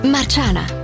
Marciana